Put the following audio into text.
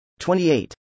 28